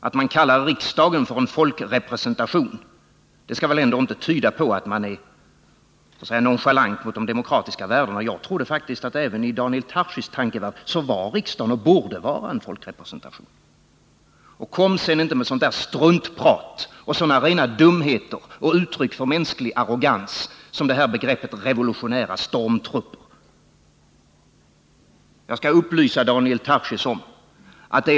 Att vi kallar riksdagen för en folkrepresentation kan väl ändå inte tyda på att vi är nonchalanta mot de demokratiska värdena. Jag trodde faktiskt att riksdagen även i Daniel Tarschys tankevärld var, och borde vara, en folkrepresentation. Kom sedan inte med sådant struntprat, sådana rena dumheter och uttryck för mänsklig arrogans som begreppet revolutionära stormtrupper! Jag skall upplysa Daniel Tarschys om följande fakta.